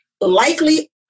likely